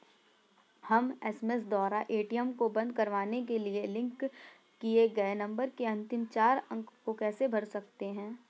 हम एस.एम.एस द्वारा ए.टी.एम को बंद करवाने के लिए लिंक किए गए नंबर के अंतिम चार अंक को कैसे भर सकते हैं?